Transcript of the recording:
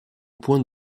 point